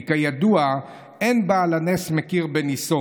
כי כידוע אין בעל הנס מכיר בניסו,